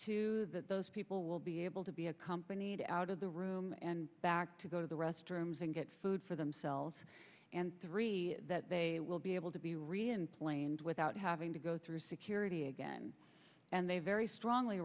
to that those people will be able to be accompanied out of the room and back to go to the restrooms and get food for themselves and three that they will be able to be rian planes without having to go through security again and they very strongly